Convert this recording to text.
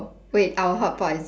wait our hotpot is it